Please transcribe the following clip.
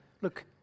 look